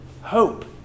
Hope